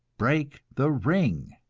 break the ring!